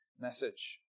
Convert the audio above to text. message